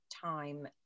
time